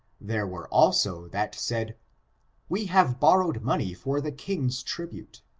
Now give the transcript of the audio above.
there were, also, that said we have bor rowed money for the king's tribute,